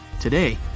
Today